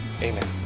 Amen